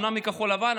אומנם מכחול לבן,